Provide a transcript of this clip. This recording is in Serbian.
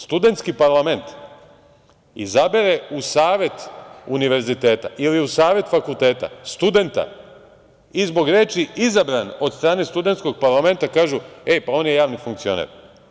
Studentski parlament izabere u savet univerziteta ili u savet fakulteta studenta i zbog reči – izabran od strane studentskog parlamenta, kažu – e, pa on je javni funkcioner.